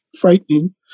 frightening